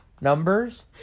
numbers